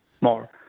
more